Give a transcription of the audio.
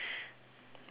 by friday